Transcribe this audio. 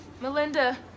Melinda